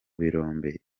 birombe